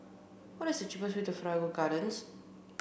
what is the cheapest way to Figaro Gardens